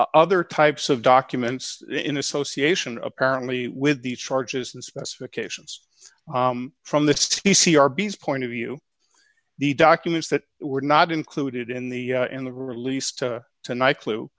other types of documents in association apparently with the charges and specifications from this t c r b's point of view the documents that were not included in the in the released tonight clue